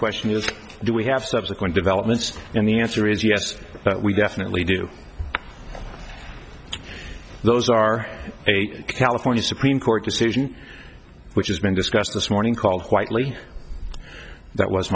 question is do we have subsequent developments and the answer is yes we definitely do those are a california supreme court decision which has been discussed this morning called quitely that was